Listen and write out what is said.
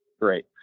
Great